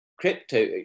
crypto